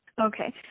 Okay